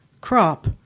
crop